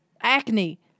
acne